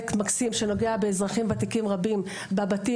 הפרויקט המקסים נוגע באזרחים ותיקים רבים בבתים